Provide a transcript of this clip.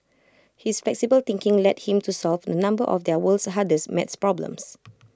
his flexible thinking led him to solve A number of their world's hardest math problems